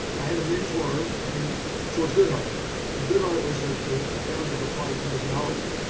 i had a mentor named george goodheart and goodheart was ah ah the founder of applied kinesiology.